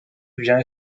vient